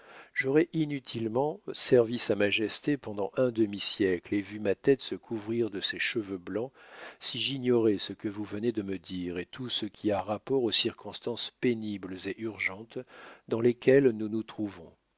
j'aurais inutilement servi sa majesté pendant un demi-siècle et vu ma tête se couvrir de ces cheveux blancs si j'ignorais ce que vous venez de me dire et tout ce qui a rapport aux circonstances pénibles et urgentes dans lesquelles nous nous trouvons